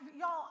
y'all